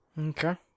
Okay